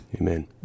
Amen